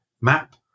map